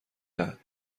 دهد